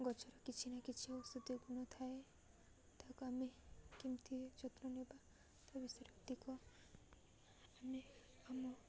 ଗଛର କିଛି ନା କିଛି ଔଷଧୀୟ ଗୁଣଥାଏ ତାକୁ ଆମେ କେମିତି ଯତ୍ନ ନେବା ତା ବିଷୟରେ ଅଧିକ ଆମେ ଆମ